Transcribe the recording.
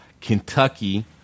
Kentucky